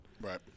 Right